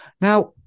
Now